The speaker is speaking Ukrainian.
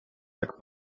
так